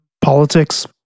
politics